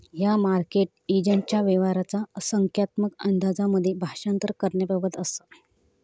ह्या मार्केट एजंटच्या व्यवहाराचा संख्यात्मक अंदाजांमध्ये भाषांतर करण्याबाबत असा